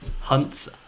Hunts